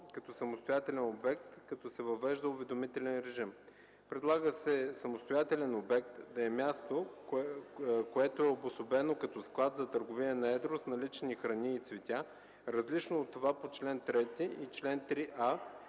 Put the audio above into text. като самостоятелен обект, като се въвежда уведомителен режим. Предлага се „самостоятелен обект” да е място, което е обособено като склад за търговия на едро с налични храни и цветя, различно от това по чл. 3 и чл. 3а,